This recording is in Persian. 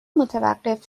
متوقف